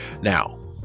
now